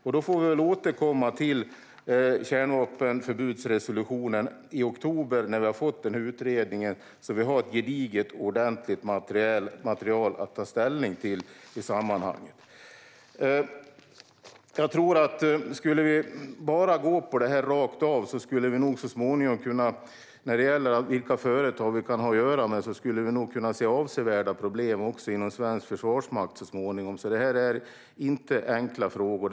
Vi får återkomma till kärnvapenförbudsresolutionen i oktober när vi har fått utredningen, så att vi har ett gediget och ordentligt material att ta ställning till. Om vi bara skulle gå på detta rakt av skulle vi nog, när det gäller vilka företag vi kan ha att göra med, kunna se avsevärda problem också inom svensk försvarsmakt så småningom. Detta är inte enkla frågor.